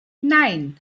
nein